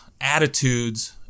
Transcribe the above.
attitudes